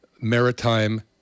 maritime